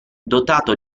dotato